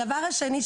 הדבר השני,